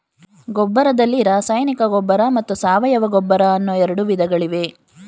ಗೊಬ್ಬರದಲ್ಲಿ ರಾಸಾಯನಿಕ ಗೊಬ್ಬರ ಮತ್ತು ಸಾವಯವ ಗೊಬ್ಬರ ಅನ್ನೂ ಎರಡು ವಿಧಗಳಿವೆ